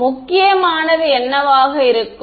எனவே முக்கியமானது என்னவாக இருக்கும்